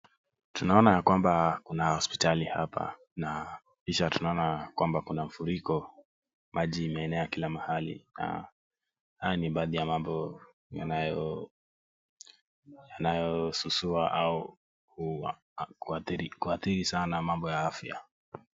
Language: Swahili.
Tunaona ya kwamba kuna hospitali hapa na kisha tunaona kwamba kuna mafuriko maji imeenea kila pahali na haya ni baadhi ya mambo yanayosusua au kuadhiri sana mamabo ya afya.